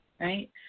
Right